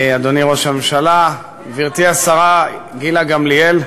אדוני ראש הממשלה, גברתי השרה גילה גמליאל,